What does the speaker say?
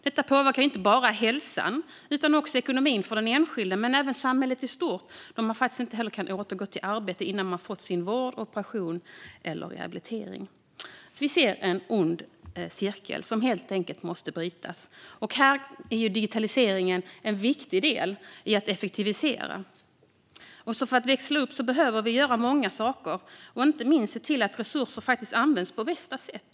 Detta påverkar inte bara hälsan utan också ekonomin för den enskilde men även samhället i stort då man inte kan återgå i arbete innan man fått sin vård, operation eller rehabilitering. Det är en ond cirkel som helt enkelt måste brytas, och här är digitaliseringen en viktig del i att effektivisera. För att växla upp behöver vi göra många saker, inte minst se till att resurser faktiskt används på bästa sätt.